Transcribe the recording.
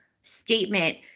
statement